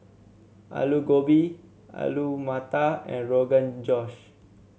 Alu Gobi Alu Matar and Rogan Josh